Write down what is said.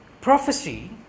prophecy